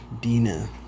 Dina